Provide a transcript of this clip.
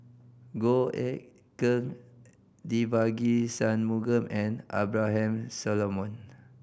Goh Eck Kheng Devagi Sanmugam and Abraham Solomon